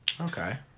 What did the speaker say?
Okay